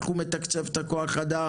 איך הוא מתקצב את כוח האדם,